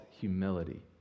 humility